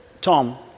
Tom